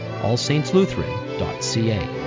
allsaintslutheran.ca